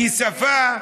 כי שפה,